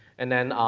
and then,